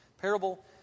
Parable